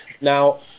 Now